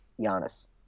Giannis